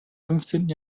fünfzehnten